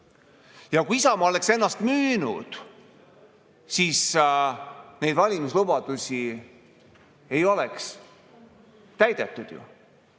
Kui Isamaa oleks ennast müünud, siis neid valimislubadusi ei oleks ju täidetud.